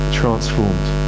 transformed